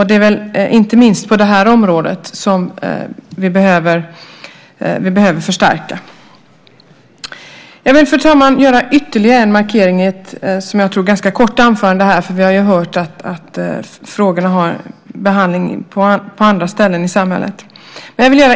Det är väl inte minst på det området som vi behöver förstärka. Jag vill göra ytterligare en markering i ett, som jag tror, ganska kort anförande. Vi har ju hört att frågorna behandlas på andra ställen i samhället.